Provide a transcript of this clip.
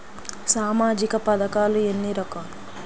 సామాజిక పథకాలు ఎన్ని రకాలు?